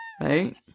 Right